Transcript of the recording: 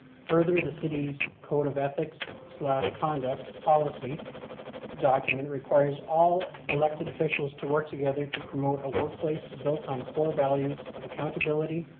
further, the city's code of ethics conduct policy document requires all elected officials to work together to promote a workplace built on core values of accountability,